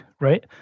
right